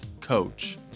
coach